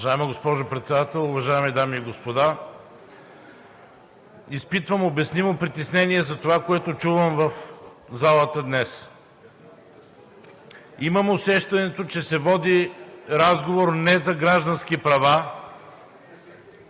Уважаема госпожо Председател, уважаеми дами и господа! Изпитвам обяснимо притеснение за това, което чувам в залата днес. Имам усещането, че се води разговор не за граждански права,